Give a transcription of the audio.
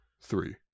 Three